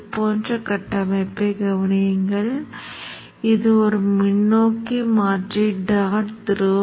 காந்தமாக்கும் பகுதி உண்மையில் இதற்குச் சமமான ஒரு தொகையாகும் இது சரியாக இங்கே வந்து பொருந்தும் பின்னர் இது அதிவேகமாக சிதையத் தொடங்கும்